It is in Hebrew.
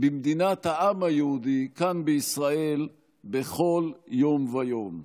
במדינת העם היהודי, כאן, בישראל, בכל יום ויום.